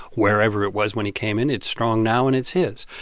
wherever it was when he came in, it's strong now, and it's his.